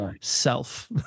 self